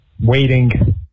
waiting